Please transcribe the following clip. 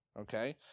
okay